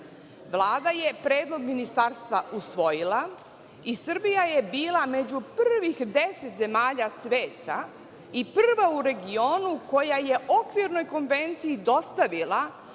Vlada je predlog ministarstva usvojila i Srbija je bila među prvih deset zemalja sveta i prva u regionu koja je okvirnoj konvenciji dostavila